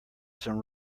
some